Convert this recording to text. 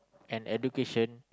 an education